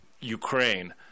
Ukraine